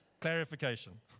clarification